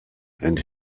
and